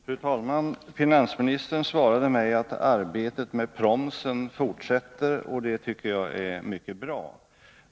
Fru talman! Finansministern svarade mig att arbetet med promsen fortsätter, och det tycker jag är mycket bra.